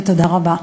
ותודה רבה.